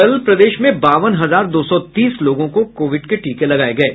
कल प्रदेश में बावन हजार दो सौ तीस लोगों को कोविड के टीके लगाये गये